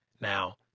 Now